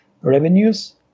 revenues